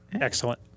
Excellent